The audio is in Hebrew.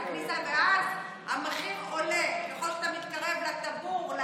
ואז המחיר עולה ככל שאתה מתקרב לטבור,